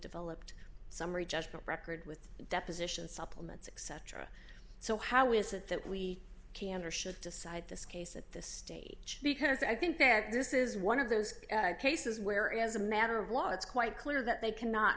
developed summary judgment record with deposition supplements except so how is it that we can under should decide this case at this stage because i think there is this is one of those cases where as a matter of law it's quite clear that they cannot